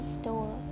store